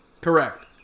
correct